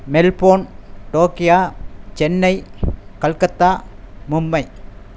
Melbourne Tokyo Chennai Calcutta Mumbai